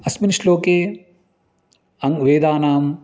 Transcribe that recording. अस्मिन् श्लोके अङ्गं वेदानां